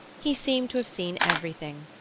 he seemed to have seen everything,